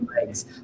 legs